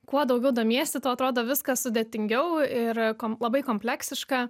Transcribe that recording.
kuo daugiau domiesi tuo atrodo viskas sudėtingiau ir kom labai kompleksiška